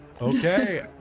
Okay